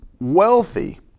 wealthy